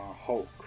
Hulk